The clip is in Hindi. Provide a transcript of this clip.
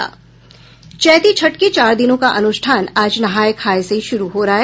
चैती छठ के चार दिनों का अनुष्ठान आज नहाय खाय से शुरू हो रहा है